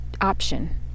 option